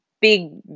big